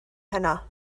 heno